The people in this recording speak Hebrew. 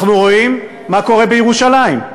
אנחנו רואים מה קורה בירושלים.